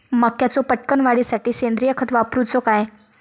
मक्याचो पटकन वाढीसाठी सेंद्रिय खत वापरूचो काय?